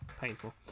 painful